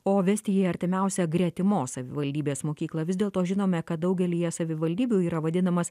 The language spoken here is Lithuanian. o vesti į artimiausią gretimos savivaldybės mokyklą vis dėlto žinome kad daugelyje savivaldybių yra vadinamas